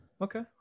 okay